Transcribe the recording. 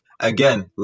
Again